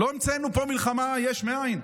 לא המצאנו פה מלחמה יש מאין.